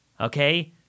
Okay